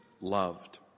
loved